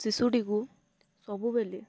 ଶିଶୁଟିକୁ ସବୁବେଳେ